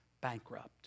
Bankrupt